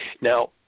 Now